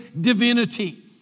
divinity